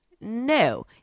No